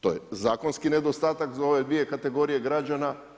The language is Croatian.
To je zakonski nedostatak za ove dvije kategorije građana.